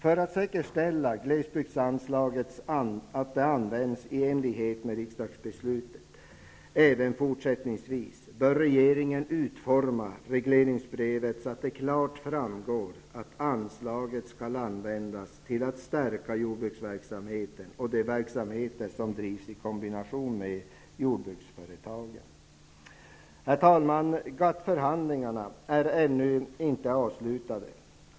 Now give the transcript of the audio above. För att säkerställa att glesbygdsanslaget används i enlighet med riksdagsbeslutet även fortsättingsvis bör regeringen utforma regleringsbrevet så att det klart framgår att anslaget skall användas till att förstärka jordbruksverksamheten och de verksamheter som drivs i kombination med jordbruksföretaget. Herr talman! GATT-förhandlingarna är ännu inte avslutade.